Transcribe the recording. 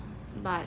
but